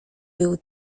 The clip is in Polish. był